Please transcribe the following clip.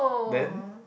then